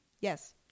Yes